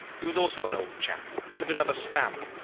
he was also an old chap, but of another stamp.